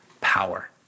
power